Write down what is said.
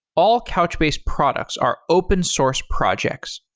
all couchbase products are open source projects.